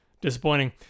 disappointing